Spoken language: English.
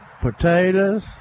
potatoes